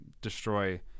destroy